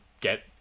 get